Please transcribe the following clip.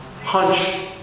hunch